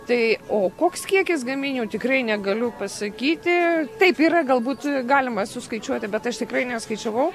tai o koks kiekis gaminių tikrai negaliu pasakyti taip yra galbūt galima suskaičiuoti bet aš tikrai neskaičiavau